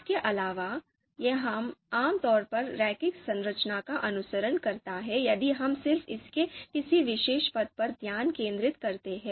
इसके अलावा यह आम तौर पर रैखिक संरचना का अनुसरण करता है यदि हम सिर्फ इसके किसी विशेष पथ पर ध्यान केंद्रित करते हैं